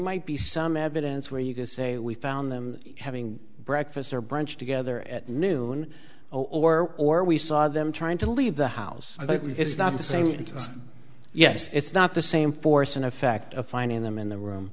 might be some evidence where you can say we found them having breakfast or brunch together at noon or or we saw them trying to leave the house i think it's not the same as yes it's not the same force and effect of finding them in the room